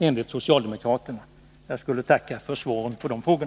Jag skulle vara tacksam för svar på dessa frågor.